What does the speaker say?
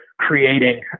creating